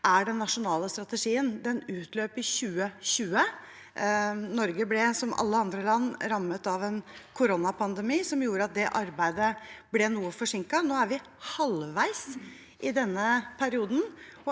er den nasjonale strategien. Den utløp i 2020. Norge ble som alle andre land rammet av en koronapandemi som gjorde at det arbeidet ble noe forsinket. Nå er vi halvveis i denne perioden,